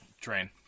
train